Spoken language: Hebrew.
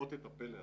לראות את הפלא הזה.